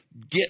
get